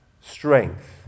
strength